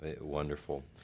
Wonderful